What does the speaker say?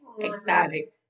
ecstatic